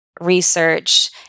research